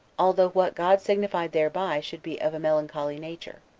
although what god signified thereby should be of a melancholy nature.